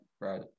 right